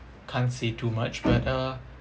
can't say too much but uh